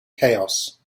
chaos